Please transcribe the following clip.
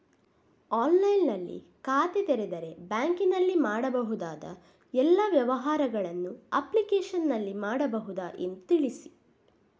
ಆನ್ಲೈನ್ನಲ್ಲಿ ಖಾತೆ ತೆರೆದರೆ ಬ್ಯಾಂಕಿನಲ್ಲಿ ಮಾಡಬಹುದಾ ಎಲ್ಲ ವ್ಯವಹಾರಗಳನ್ನು ಅಪ್ಲಿಕೇಶನ್ನಲ್ಲಿ ಮಾಡಬಹುದಾ ಎಂದು ತಿಳಿಸಿ?